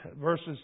verses